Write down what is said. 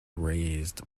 raised